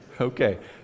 Okay